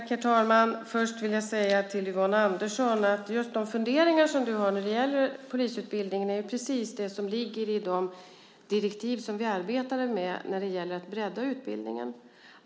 Herr talman! Först vill jag säga att just de funderingar som Yvonne Andersson har när det gäller polisutbildning är det som ligger i de direktiv som vi arbetat med för att bredda utbildningen.